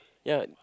ya